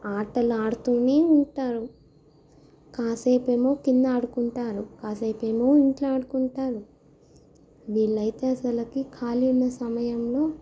ఆటలాడుతూనే ఉంటారు కాసేపేమో కిందాడుకుంటారు కాసేపేమో ఇంట్లో ఆడుకుంటారు వీళ్ళయితే అసలకి ఖాళీ ఉన్న సమయంలో